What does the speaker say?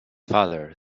father